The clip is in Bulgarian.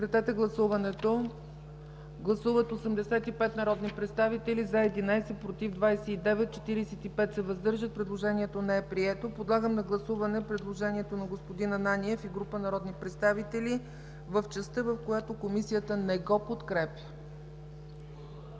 Комисията не подкрепя. Гласували 85 народни представители: за 11, против 29, въздържали се 45. Предложението не е прието. Подлагам на гласуване предложението на господин Ананиев и група народни представители в частта, в която Комисията не го подкрепя.